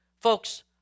Folks